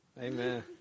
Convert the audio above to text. Amen